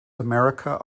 america